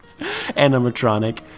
animatronic